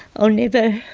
i'll never,